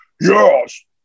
yes